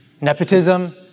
nepotism